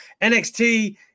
NXT